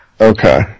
Okay